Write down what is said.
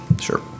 Sure